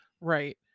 Right